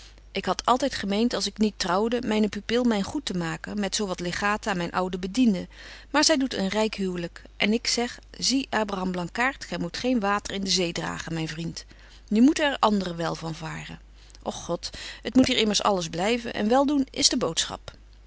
ik had altyd gemeent als ik niet trouwde myne pupil myn goed te maken met zo wat legaten aan myn oude bedienden maar zy doet een ryk huwelyk en ik zeg zie abraham blankaart gy moet geen water in de zee dragen myn vriend nu moeten er andren wel van varen och god het moet hier immers alles blyven en wel doen is de boodschap